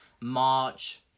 March